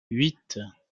huit